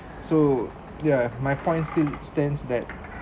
so ya my points still stands that